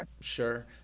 Sure